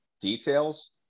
details